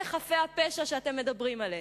אלה חפי הפשע שאתם מדברים עליהם.